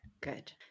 Good